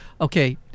Okay